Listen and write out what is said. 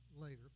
later